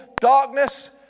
darkness